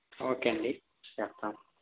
okay అండి చేస్తాము